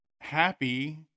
happy